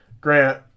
Grant